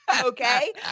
okay